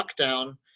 lockdown